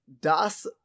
das